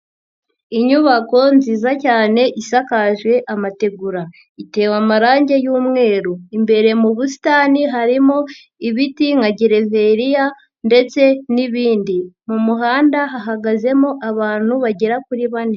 Inyubako nziza cyane isakaje amategura. Itewe amarangi y'umweru. Imbere mu busitani harimo ibiti nka gereveriya ndetse n'ibindi. Mu muhanda hahagazemo abantu bagera kuri bane.